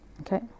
okay